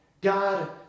God